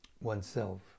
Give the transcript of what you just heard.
oneself